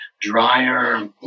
drier